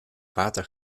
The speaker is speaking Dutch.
water